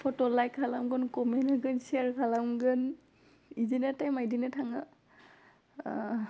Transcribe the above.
फट' like खालामगोन comment होगोन सेयार खालामगोन बिदिनो टाइमआ बिदिनो थाङो